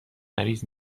مریض